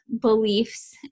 beliefs